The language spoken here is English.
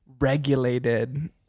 regulated